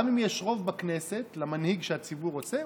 גם אם יש רוב בכנסת למנהיג שהציבור רוצה,